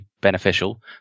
beneficial